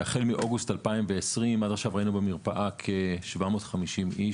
החל מאוגוסט 2020 ועד עכשיו ראינו במרפאה כ-750 אנשים,